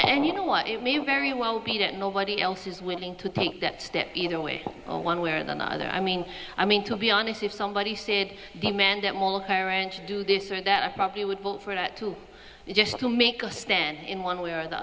and you know what it means very well be that nobody else is willing to take that step either way or one way or another i mean i mean to be honest if somebody said demand do this or that i probably would vote for that too just to make a stand in one way or the